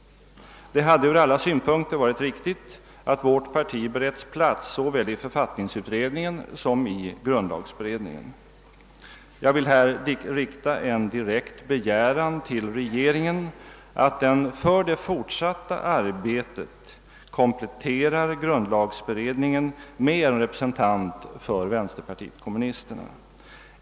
Det hade från alla synpunker varit riktigt att vårt parti beretts plats såväl i författningsutredningen som i grundlagberedningen. — Jag vill här rikta en direkt begäran till regeringen, att den för det fortsatta arbetet kompiletterar grundlagberedningen med en representant för Vänsterpartiet kommunisterna!